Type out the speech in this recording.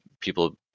people